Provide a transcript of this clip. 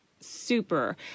super